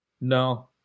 No